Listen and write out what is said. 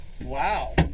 Wow